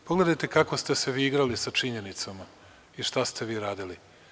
Pogledajte, kako ste se vi igrali sa činjenicama i šta ste vi radili.